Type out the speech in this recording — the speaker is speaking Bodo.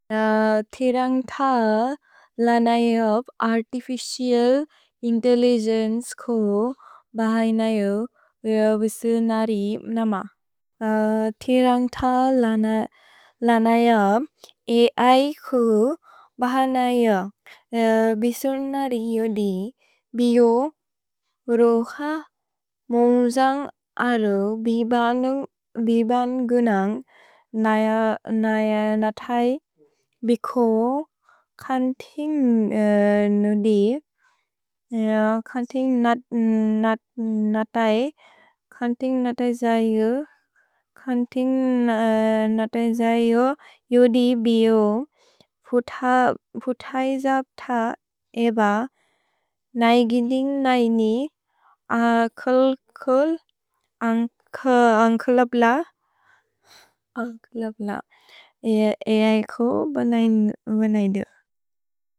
थिरन्ग्थ लनएयब् अर्तिफिचिअल् इन्तेल्लिगेन्चे कु बहय्नयो बिओबिसुनरि नम। थिरन्ग्थ लनएयब् ऐ कु बहय्नयो। भिओबिसुनरि योदि बिओ रोह मोन्ग्जन्ग् अरु बिबन्गुनन्ग् नयनतय्। भिको कन्तिन्ग् नुदि, कन्तिन्ग् नतय्, कन्तिन्ग् नतय् जयु, कन्तिन्ग् नतय् जयु योदि बिओ। भुतैजब्थ एब नय्गिनिन् नैनि अन्ख्लप्ल ऐ कु बनय्नयो।